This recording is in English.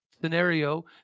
scenario